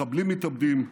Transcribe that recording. מחבלים מתאבדים,